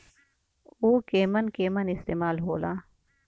उव केमन केमन इस्तेमाल हो ला?